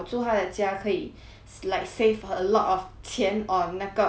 like save a lot of 钱 on 那个住的 problem lah